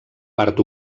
part